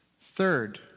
Third